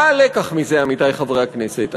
מה הלקח מזה, עמיתי חברי הכנסת?